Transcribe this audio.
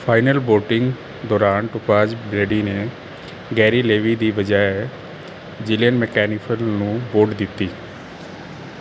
final voting ਦੌਰਾਨ Topaz Brady ਨੇ Gary Levy ਦੀ ਬਜਾਏ ਜਿਲੀਅਨ ਮੈਕਲਾਫਲਿਨ ਨੂੰ ਵੋਟ ਦਿੱਤੀ